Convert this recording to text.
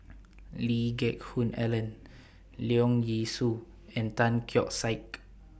Lee Geck Hoon Ellen Leong Yee Soo and Tan Keong Saik